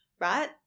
right